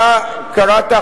אתה קראת,